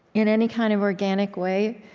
in any kind of organic way,